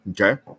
okay